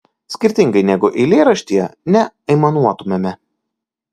skirtingai negu eilėraštyje neaimanuotumėme